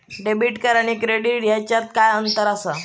Debit आणि credit ह्याच्यात काय अंतर असा?